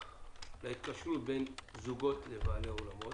להתקשרות בין זוגות לבעלי אולמות,